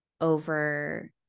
over